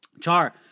Char